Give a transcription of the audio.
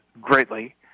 greatly